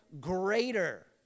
greater